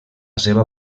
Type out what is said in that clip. seva